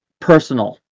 personal